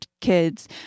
kids